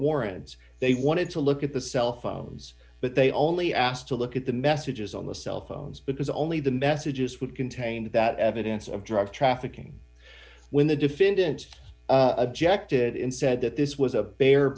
warrants they wanted to look at the cell phones but they only asked to look at the messages on the cell phones because only the messages would contain that evidence of drug trafficking when the defendant objected in said that this was a bare